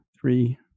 three